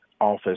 office